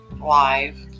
live